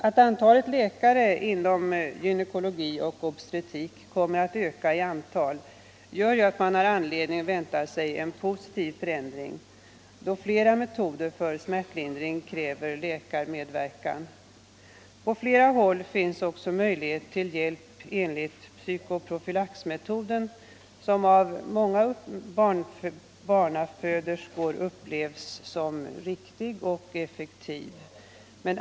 Att antalet läkare inom gynekologi och obstetrik kommer att öka gör att man har anledning vänta sig en positiv förändring, då flera metoder för smärtlindring kräver läkarmedverkan. På flera håll finns också möjlighet till hjälp enligt psykoprofylaxmetoden, som av många barnaföderskor upplevs som riktig och effektiv.